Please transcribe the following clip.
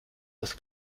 das